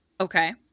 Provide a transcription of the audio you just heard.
Okay